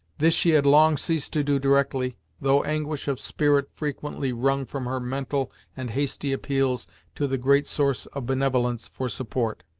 this she had long ceased to do directly, though anguish of spirit frequently wrung from her mental and hasty appeals to the great source of benevolence, for support,